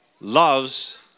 loves